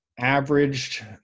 averaged